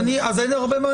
אז אין הרבה מה